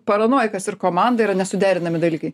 paranojikas ir komanda yra nesuderinami dalykai